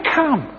come